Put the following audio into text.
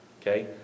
okay